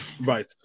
Right